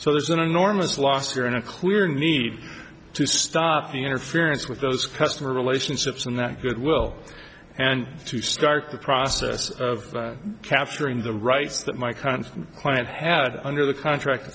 so there's an enormous loss here in a clear need to stop the interference with those customer relationships and that goodwill and to start the process of capturing the rights that my current client had under the contract